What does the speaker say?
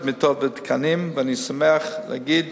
תוספת מיטות ותקנים, ואני שמח להגיד